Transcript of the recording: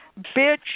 bitch